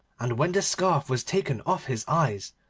and when the scarf was taken off his eyes,